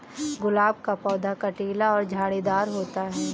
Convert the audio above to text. गुलाब का पौधा कटीला और झाड़ीदार होता है